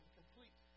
complete